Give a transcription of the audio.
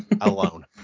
alone